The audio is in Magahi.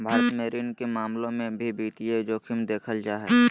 भारत मे ऋण के मामलों मे भी वित्तीय जोखिम देखल जा हय